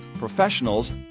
professionals